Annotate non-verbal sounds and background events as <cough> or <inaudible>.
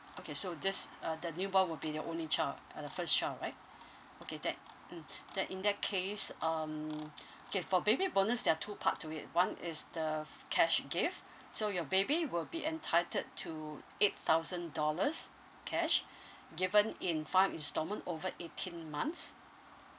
okay so just uh the newborn will be your only child uh the first child right okay then mm then in that case um <noise> K for baby bonus there are two part to it one is the f~ cash gift so your baby will be entitled to eight thousand dollars cash given in five installment over eighteen months